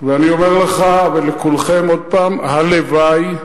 ואני אומר לך ולכולכם עוד פעם, הלוואי,